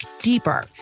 deeper